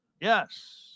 Yes